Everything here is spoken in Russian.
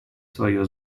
свое